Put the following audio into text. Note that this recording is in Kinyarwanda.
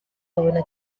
abona